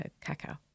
cacao